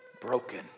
broken